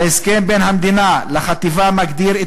ההסכם בין המדינה לחטיבה מגדיר את